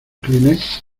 kleenex